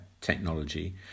technology